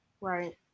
Right